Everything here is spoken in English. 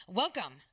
welcome